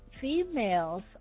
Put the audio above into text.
Females